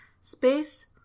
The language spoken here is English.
space